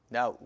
Now